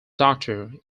doctor